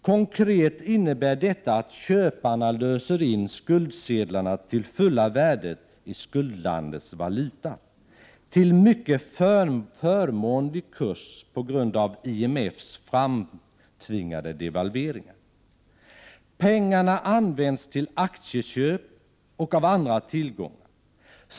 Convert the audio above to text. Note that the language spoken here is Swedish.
Konkret innebär detta att köparna löser in skuldsedlarna till fulla värdet i skuldlandets valuta, till mycket förmånlig kurs på grund av IMF:s framtvingade devalveringar. Pengarna används till köp av aktier och av andra tillgångar.